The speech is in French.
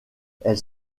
elle